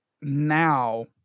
now